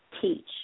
teach